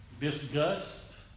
Disgust